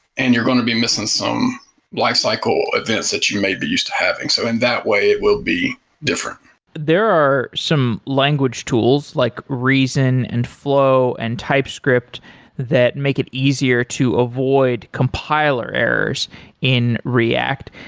and you're going to be missing some life cycle events that you may be used to having. so in that way, it will be different there are some language tools, like reason and flow and typescript that make it easier to avoid compiler errors in react.